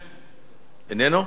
איננו.